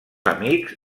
amics